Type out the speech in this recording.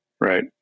right